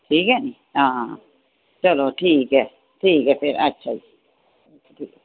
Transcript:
ठीक ऐ नी हां चलो ठीक ऐ ठीक ऐ फेर अच्छा जी